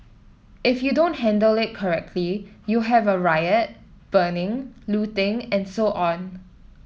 if you don't handle it correctly you have a riot burning looting and so on